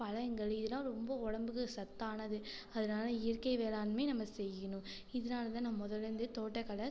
பழங்கள் இதெல்லாம் ரொம்ப உடம்புக்கு சத்தானது அதனால் இயற்கை வேளாண்மை நம்ம செய்யணும் இதனால் தான் நான் முதல்ல இருந்தே தோட்டக்கலை